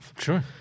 Sure